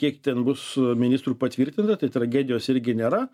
kiek ten bus ministrų patvirtinta tai tragedijos irgi nėra